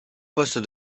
poste